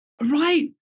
Right